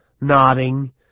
nodding